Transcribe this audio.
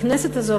הכנסת הזאת,